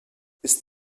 ist